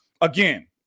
Again